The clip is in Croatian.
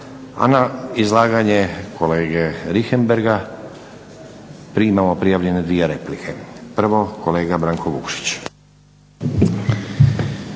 A na izlaganje kolega Richembergha primamo prijavljene dvije replike. Prvo kolega Branko Vukšić.